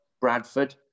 Bradford